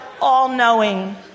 all-knowing